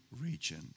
region